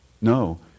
No